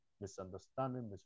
misunderstanding